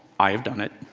i have done it,